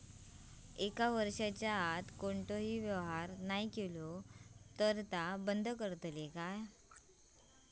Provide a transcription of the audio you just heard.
एक वर्षाच्या आत कोणतोही व्यवहार नाय केलो तर ता बंद करतले काय?